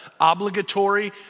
obligatory